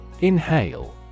Inhale